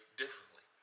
differently